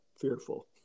fearful